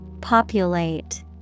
Populate